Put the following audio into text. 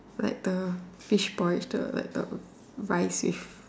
like uh fish porridge the like the rice fish